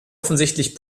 offensichtlich